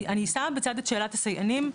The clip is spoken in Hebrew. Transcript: אני שמה בצד את שאלת הסייענים,